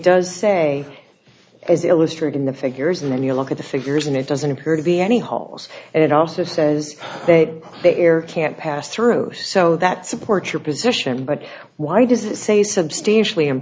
does say as illustrating the figures and you look at the figures and it doesn't appear to be any holes and it also says that the air can't pass through so that supports your position but why does it say substantially